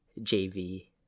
JV